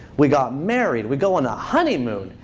we got married. we go on a honeymoon.